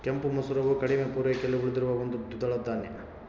ಕೆಂಪು ಮಸೂರವು ಕಡಿಮೆ ಪೂರೈಕೆಯಲ್ಲಿ ಉಳಿದಿರುವ ಒಂದು ದ್ವಿದಳ ಧಾನ್ಯ